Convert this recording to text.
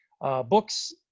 books